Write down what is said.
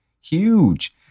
Huge